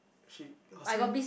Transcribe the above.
she her skin